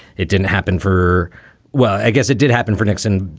it didn't happen for well, i guess it did happen for nixon.